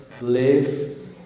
live